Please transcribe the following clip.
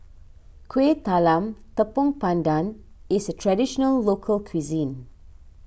Kueh Talam Tepong Pandan is a Traditional Local Cuisine